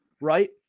right